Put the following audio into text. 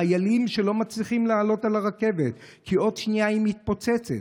חיילים שלא מצליחים לעלות על הרכבת כי עוד שנייה היא מתפוצצת,